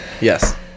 Yes